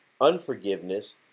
unforgiveness